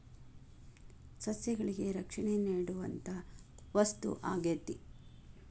ಸಸ್ಯಗಳಿಗೆ ರಕ್ಷಣೆ ನೇಡುವಂತಾ ವಸ್ತು ಆಗೇತಿ